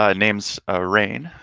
ah name's raine.